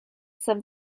some